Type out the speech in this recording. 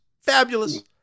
Fabulous